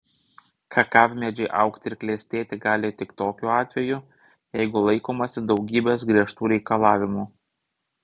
kakavmedžiai augti ir klestėti gali tik tokiu atveju jeigu laikomasi daugybės griežtų reikalavimų